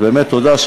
אז באמת תודה.